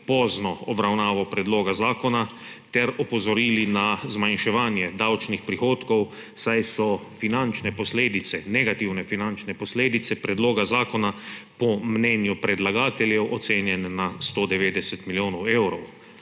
pozno obravnavo predloga zakona ter opozorili na zmanjševanje davčnih prihodkov, saj so negativne finančne posledice predloga zakona po mnenju predlagateljev ocenjene na 190 milijonov evrov.